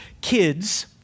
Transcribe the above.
kids